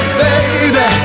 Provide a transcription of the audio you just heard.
baby